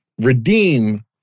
redeem